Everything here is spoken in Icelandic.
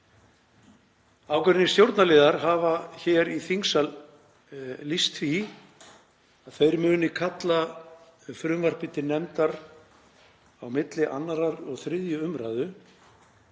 Ákveðnir stjórnarliðar hafa hér í þingsal lýst því að þeir muni kalla frumvarpið til nefndar á milli 2. og 3. umr.